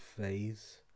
phase